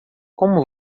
como